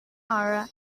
aura